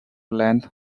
length